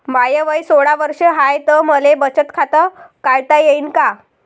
माय वय सोळा वर्ष हाय त मले बचत खात काढता येईन का?